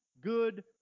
good